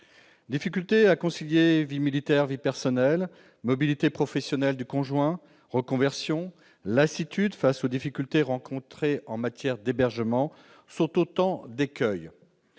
Difficulté à concilier vie militaire et vie personnelle, mobilité professionnelle du conjoint, reconversion, lassitude face aux difficultés rencontrées en matière d'hébergement sont autant d'écueils.